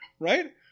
right